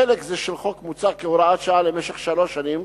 חלק זה של החוק מוצע כהוראת שעה למשך שלוש שנים,